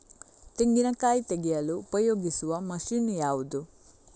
ತೆಂಗಿನಕಾಯಿ ತೆಗೆಯಲು ಉಪಯೋಗಿಸುವ ಮಷೀನ್ ಯಾವುದು?